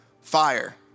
fire